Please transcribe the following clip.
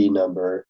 number